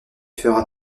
fera